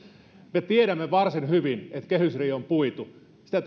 me tiedämme varsin hyvin että kehysriihi on puitu sitä